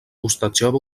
hostatjava